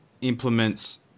implements